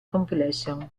compilation